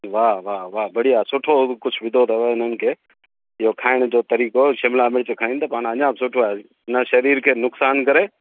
वाह वाह वाह बढ़िया सुठो कुझु विधो अथव इन्हनि खे इहो खाइण जो तरीक़े शिमिला मिर्चु खाइनि त पाण अञा बि सुठो आहे न शरीर खे नुक़सानु करे